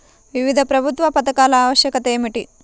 వివిధ ప్రభుత్వ పథకాల ఆవశ్యకత ఏమిటీ?